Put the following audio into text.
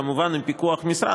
כמובן עם פיקוח משרד,